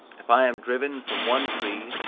if i am driven from one tree,